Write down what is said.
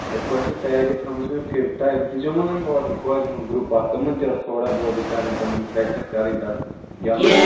یِتھٕ پٲٹھۍ چھِ تیاری تھٲومٕژ مےٚ فِٹ تۄہہِ دِژامو نا مےٚ اوترٕ کورٮ۪ن ہُنٛد گرٛوٗپ اَکھ تِمن تہِ ٲس تھوڑا بہت یہِ کَرٕنۍ تِمن پرٛٮ۪کٹِس کَرِٕنۍ تَتھ گٮ۪ونس